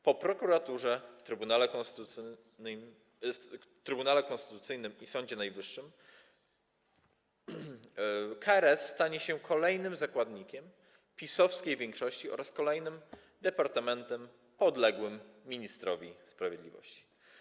Po prokuraturze, Trybunale Konstytucyjnym i Sądzie Najwyższym KRS stanie się kolejnym zakładnikiem PiS-owskiej większości oraz kolejnym departamentem podległym ministrowi sprawiedliwości.